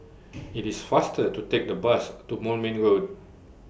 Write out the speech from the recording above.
IT IS faster to Take The Bus to Moulmein Road